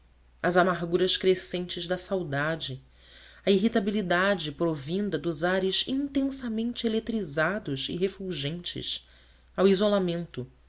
às amarguras crescentes da saudade à irritabilidade provinda dos ares intensamente eletrizados e refulgentes ao isolamento